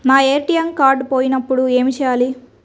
నా ATM card పోయినప్పుడు ఏమి చేయాలి?